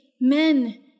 men